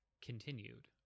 continued